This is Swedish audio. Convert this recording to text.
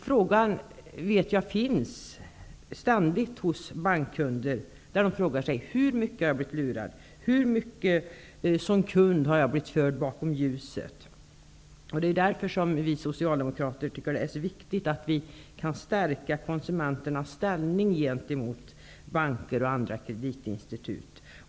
Jag vet att bankkunderna ständigt frågar sig hur mycket de har blivit lurade och hur mycket de som kunder har blivit förda bakom ljuset. Det är därför vi socialdemokrater tycker att det är så viktigt att vi kan stärka konsumenternas ställning gentemot banker och andra kreditinstitut.